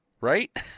Right